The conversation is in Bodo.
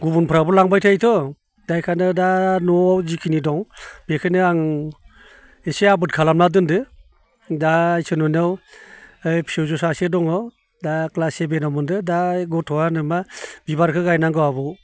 गुबुनफ्राबो लांबाय थायो थ' दा इखायनो दा न'आव जिखिनि दं बिखोनो आं इसे आबाद खालामना दोनदो दा इसोरनि अननायाव ओइ फिसौजो सासे दङ दा क्लास सेभेनाव मोनदो दा ओइ गथ'आनो मा बिबारखौ गायनांगौ आबौ